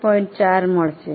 4 મળશે